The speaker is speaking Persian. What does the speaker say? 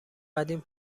قدیم